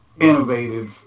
innovative